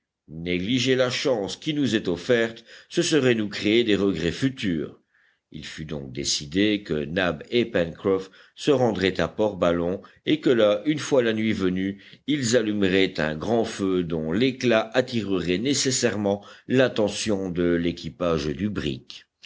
négliger la chance qui nous est offerte ce serait nous créer des regrets futurs il fut donc décidé que nab et pencroff se rendraient à portballon et que là une fois la nuit venue ils allumeraient un grand feu dont l'éclat attirerait nécessairement l'attention de l'équipage du brick